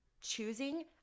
choosing